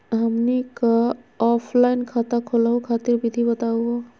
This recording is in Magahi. हमनी क ऑफलाइन खाता खोलहु खातिर विधि बताहु हो?